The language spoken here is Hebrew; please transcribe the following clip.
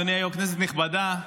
אדוני היושב-ראש, כנסת נכבדה,